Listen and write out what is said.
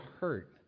hurt